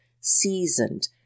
seasoned